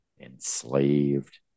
enslaved